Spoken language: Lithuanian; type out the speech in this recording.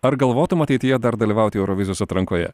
ar galvotum ateityje dar dalyvauti eurovizijos atrankoje